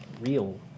real